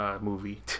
Movie